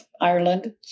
Ireland